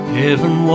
heaven